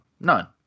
None